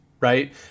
right